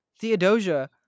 Theodosia